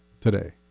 today